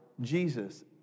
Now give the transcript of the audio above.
Jesus